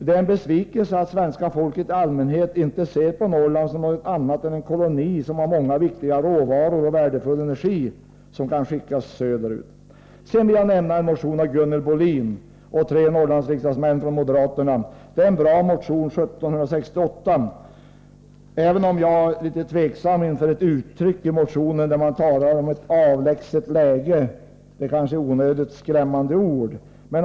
Det är med besvikelse man konstaterar att svenska folket i allmänhet inte ser på Norrland som någonting annat än en koloni, som har många viktiga råvaror och värdefull energi, som kan skickas söderut. Sedan vill jag ta upp motion 1768 av Görel Bohlin och tre moderata Norrlandsriksdagsmän. Det är en bra motion, även om jag ställer mig litet tveksam till ett uttryck i motionen, där man talar om ett avlägset läge. Det är kanske onödigt skrämmande.